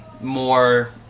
more